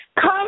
Come